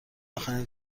آخرین